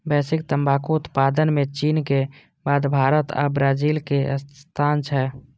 वैश्विक तंबाकू उत्पादन मे चीनक बाद भारत आ ब्राजीलक स्थान छै